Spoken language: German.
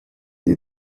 die